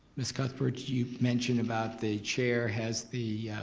ms. cuthbert, you mentioned about the chair has the,